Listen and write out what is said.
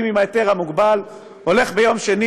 עם ההיתר המוגבל הולך ביום שני,